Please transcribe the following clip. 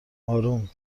اروم